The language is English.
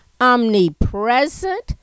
omnipresent